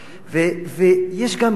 יש גם גישה.